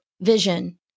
vision